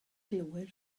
glywed